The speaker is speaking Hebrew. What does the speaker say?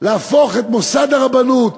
להפוך את מוסד הרבנות,